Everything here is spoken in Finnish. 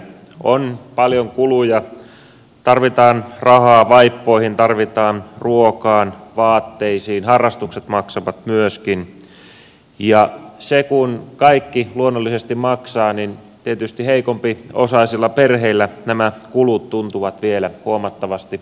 on paljon kuluja tarvitaan rahaa vaippoihin tarvitaan ruokaan vaatteisiin harrastukset maksavat myöskin ja kun kaikki luonnollisesti maksaa tietysti heikompiosaisilla perheillä nämä kulut tuntuvat vielä huomattavasti enemmän